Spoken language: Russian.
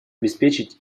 обеспечить